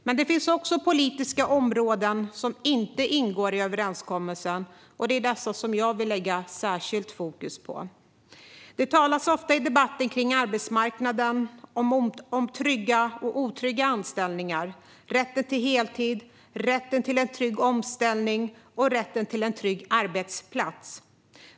Men det finns också politiska områden som inte ingår i överenskommelsen, och det är dessa som jag vill lägga särskilt fokus på. I debatten om arbetsmarknaden talas det ofta om trygga och otrygga anställningar samt om rätten till heltid, till en trygg omställning och till en trygg arbetsplats.